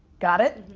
got it?